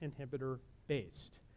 inhibitor-based